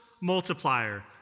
multiplier